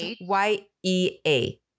Y-E-A